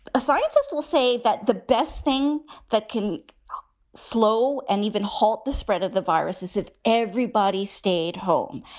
a scientist will say that the best thing that can slow and even halt the spread of the virus is if everybody stayed home.